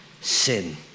sin